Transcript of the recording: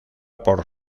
por